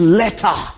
letter